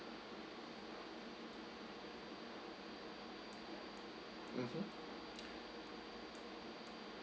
mmhmm